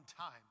time